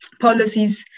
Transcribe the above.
policies